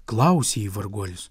klausia jį varguolis